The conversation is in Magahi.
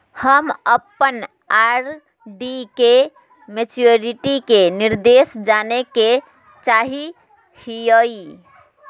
हम अप्पन आर.डी के मैचुरीटी के निर्देश जाने के चाहो हिअइ